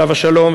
עליו השלום,